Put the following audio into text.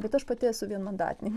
bet aš pati esu vienmandatininkė